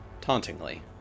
tauntingly